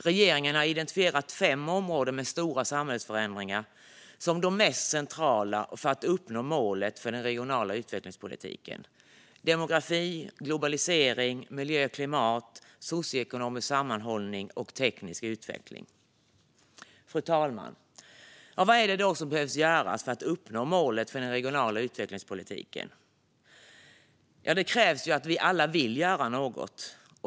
Regeringen har identifierat fem områden med stora samhällsförändringar som är mest centrala för att uppnå målet för den regionala utvecklingspolitiken: demografi, globalisering, miljö och klimat, socioekonomisk sammanhållning och teknisk utveckling. Fru talman! Vad är det då som behöver göras för att uppnå målet för den regionala utvecklingspolitiken? Jo, det krävs att vi alla vill göra något.